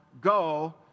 go